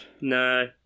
No